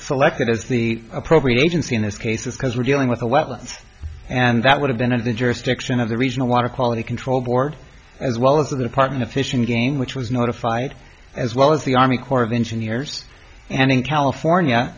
selected as the appropriate agency in this case was because we're dealing with the wetlands and that would have been in the jurisdiction of the regional water quality control board as well as the department of fish and game which was notified as well as the army corps of engineers and in california